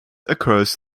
occurs